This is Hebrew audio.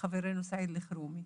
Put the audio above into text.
חברינו סעיד ליכרום.